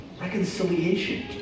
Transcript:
reconciliation